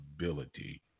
ability